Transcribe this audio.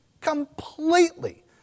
completely